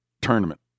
tournament